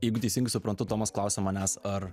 jeigu teisingai suprantu tomas klausia manęs ar